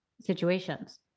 situations